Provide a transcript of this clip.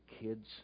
kids